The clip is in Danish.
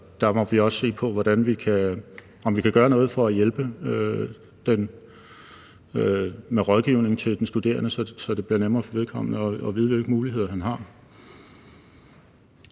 der må vi også se på, om vi kan gøre noget for at hjælpe med rådgivning til den studerende, så det bliver nemmere for vedkommende at vide, hvilke muligheder han har.